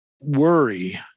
worry